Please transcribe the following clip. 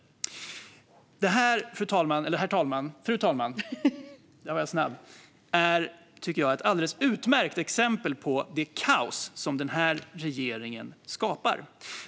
Detta, fru talman, tycker jag är ett alldeles utmärkt exempel på det kaos som den här regeringen skapar.